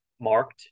marked